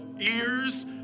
ears